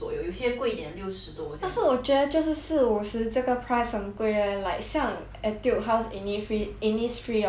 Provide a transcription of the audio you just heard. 但是我觉得就是四五十这个 price 很贵 eh like 像 Etude House Innisfree Innisfree orh their lipstick only like